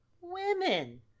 Women